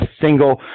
single